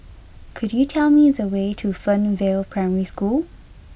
could you tell me the way to Fernvale Primary School